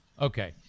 Okay